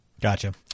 Gotcha